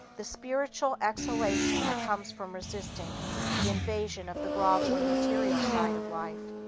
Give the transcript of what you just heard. the spiritual exaltation that comes from resisting the invasion of the grovelling material side of life.